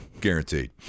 guaranteed